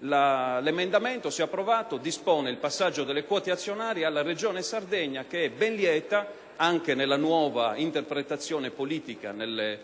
L'emendamento, se approvato, dispone il passaggio delle quote azionarie alla Regione Sardegna, che è ben lieta (anche nella nuova interpretazione politica nelle